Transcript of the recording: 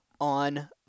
on